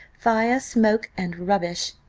fire, smoke, and rubbish.